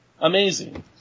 amazing